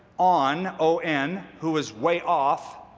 on, o n, who was way off,